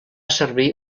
servir